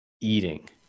eating